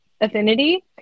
affinity